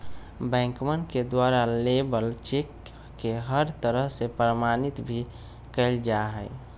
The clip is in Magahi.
बैंकवन के द्वारा लेबर चेक के हर तरह से प्रमाणित भी कइल जा हई